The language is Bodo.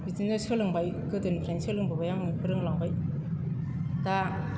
बिदिनो सोलोंबाय गोदोनिफ्रायनो सोलोंबोबाय आङो रोंलांबाय दा